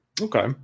Okay